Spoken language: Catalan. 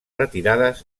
retirades